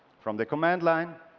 from the command line,